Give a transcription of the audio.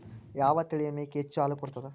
ಯಾವ ತಳಿಯ ಮೇಕಿ ಹೆಚ್ಚ ಹಾಲು ಕೊಡತದ?